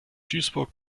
duisburg